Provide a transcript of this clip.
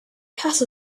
hasse